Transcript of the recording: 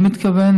אני מתכוון,